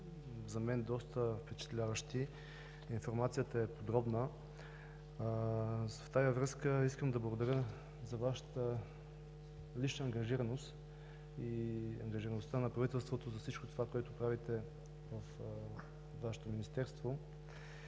са доста впечатляващи, информацията е подробна. Във връзка с това искам да благодаря за Вашата лична ангажираност и ангажираността на правителството за всичко това, което правите във Вашето министерство.